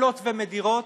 מפלות ומדירות,